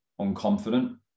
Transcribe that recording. unconfident